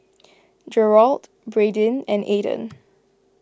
Gerold Bradyn and Ayden